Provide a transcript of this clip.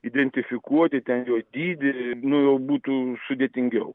identifikuoki ten jo dydį nu jau būtų sudėtingiau